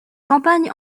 campagne